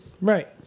Right